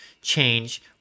change